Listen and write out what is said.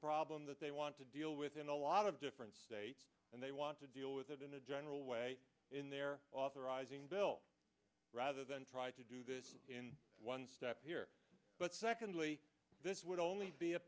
problem that they want to deal with in a lot of different states and they want to deal with it in a general way in their authorizing bill rather than try to do this in one step here but secondly this would only be a